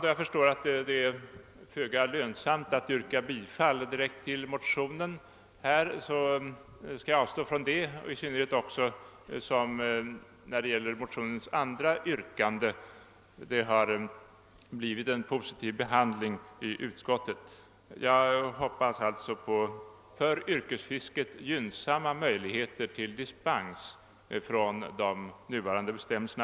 Då jag förstår att det är utsiktslöst att yrka bifall till motionen skall jag avstå från det, i synner het som motionens andra yrkande fått en positiv behandling av utskottet. Jag hoppas alltså på för yrkesfisket gynnsamma möjligheter till dispens från de nuvarande bestämmelserna.